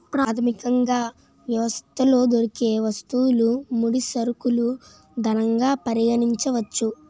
ప్రాథమికంగా వ్యవస్థలో దొరికే వస్తువులు ముడి సరుకులు ధనంగా పరిగణించవచ్చు